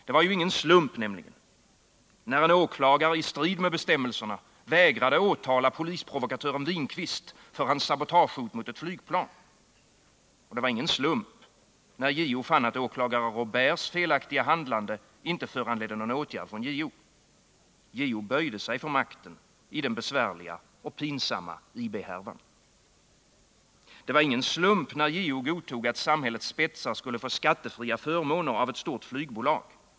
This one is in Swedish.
Det var ingen slump, när en åklagare i strid med bestämmelserna vägrade åtala polisprovokatören Winqvist för hans sabotage mot ett flygplan. Och det var ingen slump när JO fann att åklagare Robért felaktiga handlande inte föranledde någon åtgärd från JO. JO böjde sig för makten i den besvärliga och pinsamma IB-härvan. Det var ingen slump, när JO godtog att samhällets spetsar skulle få skattefria förmåner av ett stort flygbolag.